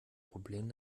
problem